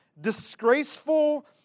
disgraceful